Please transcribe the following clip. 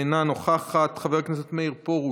אינה נוכחת, חבר הכנסת מאיר פרוש,